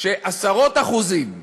שעשרות אחוזים מהחתונות,